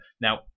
Now